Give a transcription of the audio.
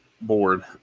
board